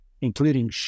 including